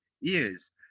years